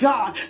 God